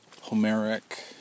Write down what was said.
Homeric